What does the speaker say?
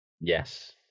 yes